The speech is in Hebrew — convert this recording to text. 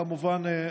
כמובן,